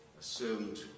assumed